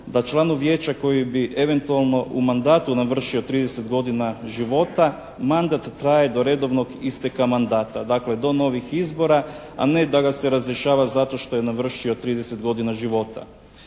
Da članu Vijeća koji bi eventualno u mandatu navršio 30 godina života mandat traje do redovnog isteka mandata. Dakle, do novih izbora, a ne da ga se razrješava zato što je navršio 30 godina života.